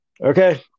Okay